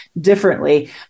differently